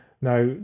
Now